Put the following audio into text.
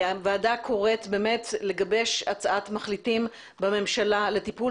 הוועדה קוראת לגבש הצעת מחליטים בממשלה לטיפול